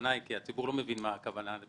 הציבור לא מבין מה הכוונה.